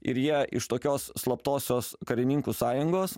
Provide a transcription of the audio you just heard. ir jie iš tokios slaptosios karininkų sąjungos